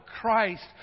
Christ